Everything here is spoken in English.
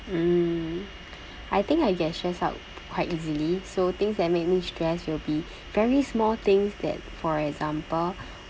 mm I think I get stress out quite easily so things that make me stressed will be very small things that for example